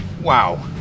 Wow